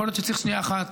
יכול להיות שצריך שנייה אחת,